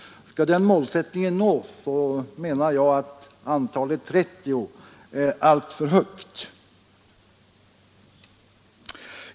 Skall den målsättningen nås är, menar jag, 30 ett alltför högt antal.